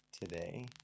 today